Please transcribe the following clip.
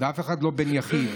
ואף אחד אינו בן יחיד,